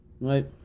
right